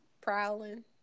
prowling